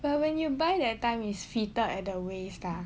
well when you by that time is fitted at the waist ah